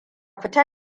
fita